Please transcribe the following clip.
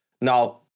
Now